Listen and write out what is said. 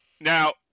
Now